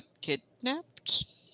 kidnapped